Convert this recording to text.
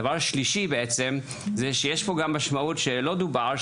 דבר שלישי: יש פה גם משמעות שלא דובר עליה,